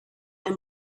and